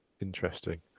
Interesting